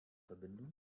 verbindung